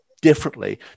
differently